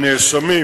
הנאשמים,